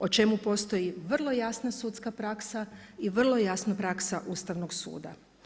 O čemu postoji vrlo jasna sudska praksa i vrlo jasna praksa Ustavnog suda.